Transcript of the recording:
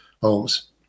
homes